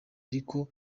ariko